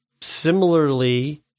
similarly